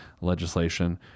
legislation